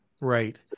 Right